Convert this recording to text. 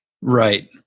Right